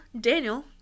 daniel